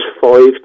five